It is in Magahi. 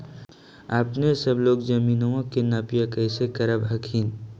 अपने सब लोग जमीनमा के नपीया कैसे करब हखिन?